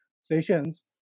sessions